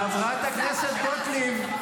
חברת הכנסת גוטליב,